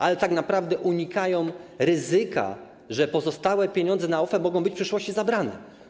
Ale tak naprawdę unikają ryzyka, że pozostałe pieniądze na OFE mogą być w przyszłości zabrane.